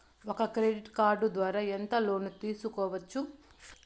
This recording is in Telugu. ఒక క్రెడిట్ కార్డు ద్వారా ఎంత లోను తీసుకోవచ్చు?